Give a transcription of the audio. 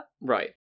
right